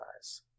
eyes